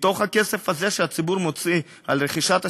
מתוך הכסף הזה שהציבור מוציא על רכישת הסיגריות,